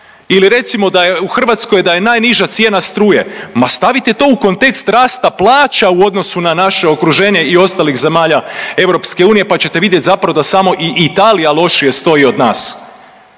ili recimo da je u Hrvatskoj da je najniža cijena struje, ma stavite to kontekst rasta plaća u odnosu na naše okruženje i ostalih zemalja EU pa ćete vidjeti zapravo da samo i Italija lošije stoji od nas.